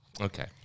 okay